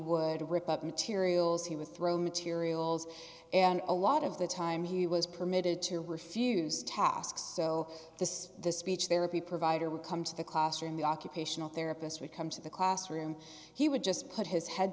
would rip up materials he was thrown materials and a lot of the time he was permitted to refuse tasks so this speech therapy provider would come to the classroom the occupational therapist would come to the classroom he would just put his head